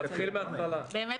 באמת